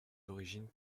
d’origine